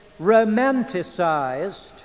romanticized